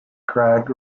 crag